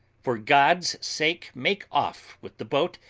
for god's sake make off with the boat,